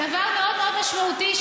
דבר מאוד מאוד משמעותי,